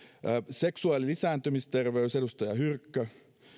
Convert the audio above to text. seksuaali ja lisääntymisterveys edustaja hyrkkö